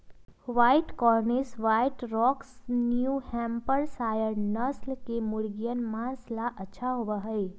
white Cornish, white rock, New Hampshire नस्ल के मुर्गियन माँस ला अच्छा होबा हई